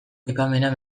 aipamena